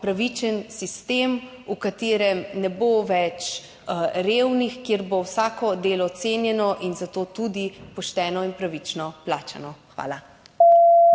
pravičen sistem, v katerem ne bo več revnih, kjer bo vsako delo cenjeno in zato tudi pošteno in pravično plačano. Hvala.